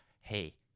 Hey